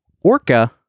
orca